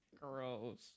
Gross